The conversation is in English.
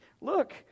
look